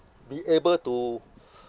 be able to